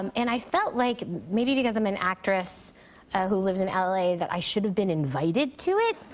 um and i felt like maybe because i'm an actress who lives in l a. that i should have been invited to it.